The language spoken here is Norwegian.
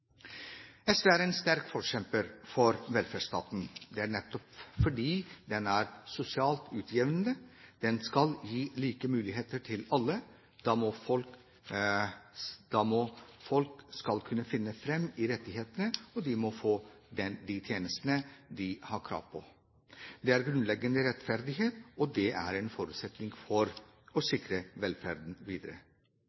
SV er en sterk forkjemper for velferdsstaten. Det er nettopp fordi den er sosialt utjevnende, den skal gi like muligheter til alle. Da må folk kunne finne fram i rettighetene, og de må få de tjenestene de har krav på. Det er grunnleggende rettferdig, og det er en forutsetning for å